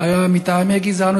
מטעמי גזענות,